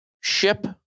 ship